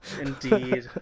Indeed